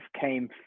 came